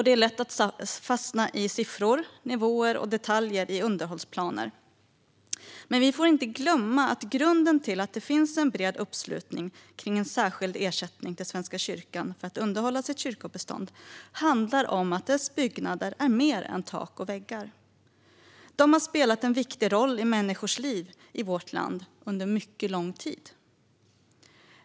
Det är lätt att fastna i siffror, nivåer och detaljer i underhållsplaner. Men vi får inte glömma att grunden till att det finns en bred uppslutning kring en särskild ersättning till Svenska kyrkan för underhåll av kyrkobeståndet handlar om att dessa byggnader är mer än tak och väggar. De har spelat en viktig roll i människors liv i vårt land under en mycket lång tid.